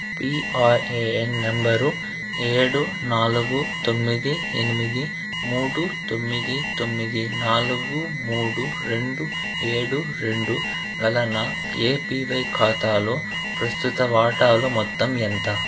PRAN number ఏడు నాలుగు తొమ్మిది ఎనిమిది మూడు తొమ్మిది తొమ్మిది నాలుగు మూడు రెండు ఏడు రెండు గల నా ఏపీవై ఖాతాలో ప్రస్తుత వాటాలు మొత్తం ఎంత